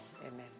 amen